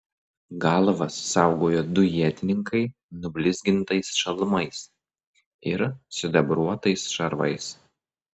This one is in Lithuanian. galvas saugojo du ietininkai nublizgintais šalmais ir sidabruotais šarvais